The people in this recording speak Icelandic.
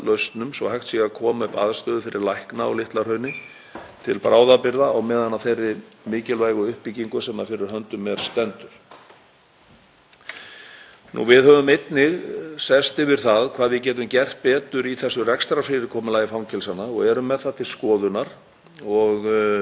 Við höfum einnig sest yfir það hvað við getum gert betur í rekstrarfyrirkomulagi fangelsanna og erum með það til skoðunar. Þar er markmiðið að nýta kannski betur það fjármagn sem við höfum og geta þá fjölgað fangavörðum